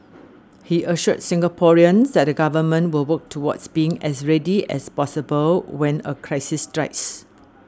he assured Singaporeans that the government will work towards being as ready as possible when a crisis strikes